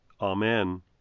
Amen